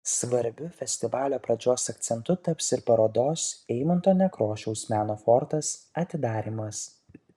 svarbiu festivalio pradžios akcentu taps ir parodos eimunto nekrošiaus meno fortas atidarymas